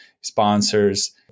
sponsors